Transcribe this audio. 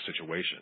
situation